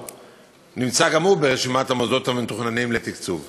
נמצא גם הוא ברשימת המוסדות המתוכננים לתקצוב.